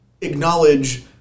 acknowledge